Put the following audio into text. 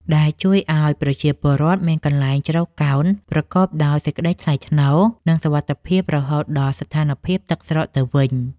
ដែលជួយឱ្យប្រជាពលរដ្ឋមានកន្លែងជ្រកកោនប្រកបដោយសេចក្តីថ្លៃថ្នូរ និងសុវត្ថិភាពរហូតដល់ស្ថានភាពទឹកស្រកទៅវិញ។